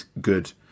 good